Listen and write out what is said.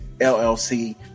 LLC